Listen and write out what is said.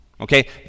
Okay